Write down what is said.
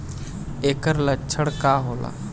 ऐकर लक्षण का होला?